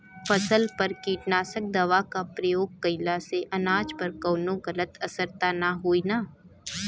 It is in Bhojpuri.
फसल पर कीटनाशक दवा क प्रयोग कइला से अनाज पर कवनो गलत असर त ना होई न?